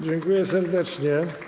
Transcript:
Dziękuję serdecznie.